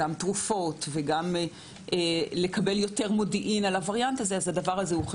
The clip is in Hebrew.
גם תרופות וגם לקבל יותר מודיעין על הדבר הזה.